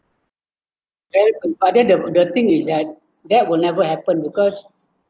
then but then the the thing is that that will never happen because